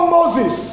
Moses